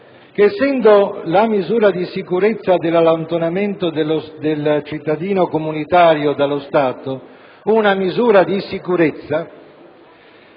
che, essendo la norma sull'allontanamento del cittadino comunitario dallo Stato una misura di sicurezza,